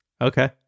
Okay